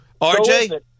RJ